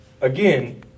again